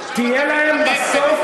תהיה להם בסוף,